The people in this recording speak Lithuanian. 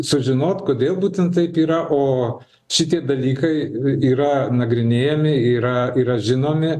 sužinot kodėl būtent taip yra o šitie dalykai yra nagrinėjami yra yra žinomi